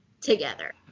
together